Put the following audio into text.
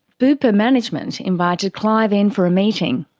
bupa management invited clive in for a meeting.